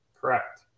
Correct